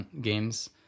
games